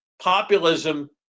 populism